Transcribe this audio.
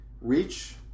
reach